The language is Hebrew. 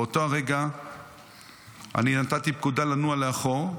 באותו הרגע אני נתתי פקודה" לנוע לאחור,